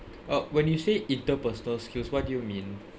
uh when you say interpersonal skills what do you mean